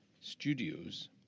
studios